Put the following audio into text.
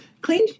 clean